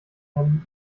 ähm